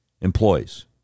employees